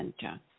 center